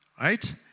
right